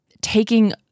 taking